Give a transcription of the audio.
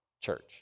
church